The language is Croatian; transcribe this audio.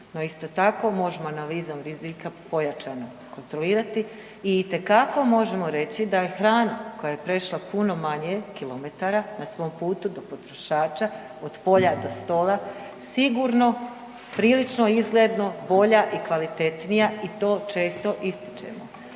No isto tako možemo analizom rizika pojačano kontrolirati i itekako možemo reći da je hrana koja je prešla puno manje kilometara na svom putu do potrošača, od polja do stola, sigurno prilično izgledno bolja i kvalitetnija i to često ističemo.